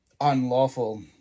unlawful